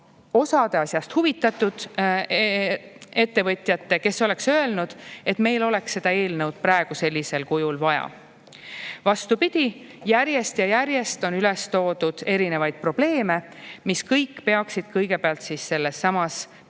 osa asjast huvitatud ettevõtjate, kes oleks öelnud, et meil on seda eelnõu praegu sellisel kujul vaja. Vastupidi, järjest ja järjest on üles toodud erinevaid probleeme, mis kõik peaksid kõigepealt sellessamas pikas